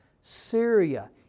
Syria